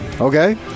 Okay